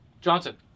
Johnson